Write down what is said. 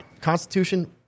Constitution